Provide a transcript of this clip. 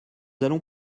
allons